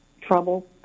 trouble